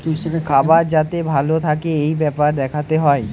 খাবার যাতে ভালো থাকে এই বেপারে দেখতে হয়